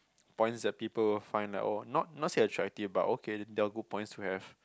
points that people will find that oh not not say attractive but okay they're good points to have